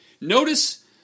Notice